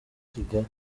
kigali